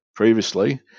previously